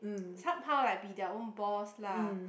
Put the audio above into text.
somehow like be their own boss lah